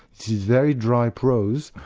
so very dry prose,